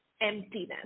emptiness